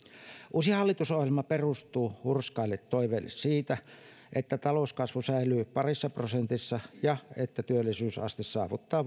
uusi hallitusohjelma perustuu hurskaille toiveille siitä että talouskasvu säilyy parissa prosentissa ja että työllisyysaste saavuttaa